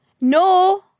No